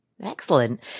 Excellent